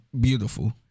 Beautiful